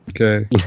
Okay